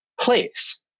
place